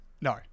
No